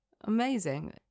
Amazing